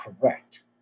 correct